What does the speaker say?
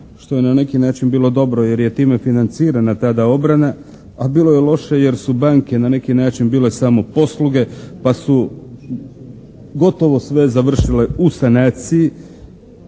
što je na neki način bilo dobro jer je time financirana tada obrana a bilo je loše jer su banke na neki način bile samoposluge pa su gotovo sve završile u sanaciji